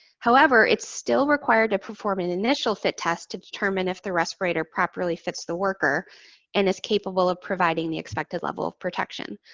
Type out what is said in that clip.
however, it's still required to perform an initial fit test to determine if the respirator properly fits the worker and is capable of providing the expected level of protection.